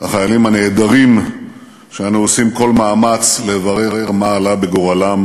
החיילים הנעדרים שאנו עושים כל מאמץ לברר מה עלה בגורלם,